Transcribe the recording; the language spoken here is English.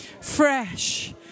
fresh